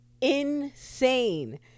insane